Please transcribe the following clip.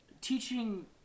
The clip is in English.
teaching